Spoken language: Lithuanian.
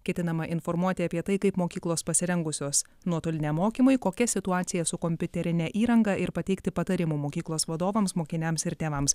ketinama informuoti apie tai kaip mokyklos pasirengusios nuotoliniam mokymui kokia situacija su kompiuterine įranga ir pateikti patarimų mokyklos vadovams mokiniams ir tėvams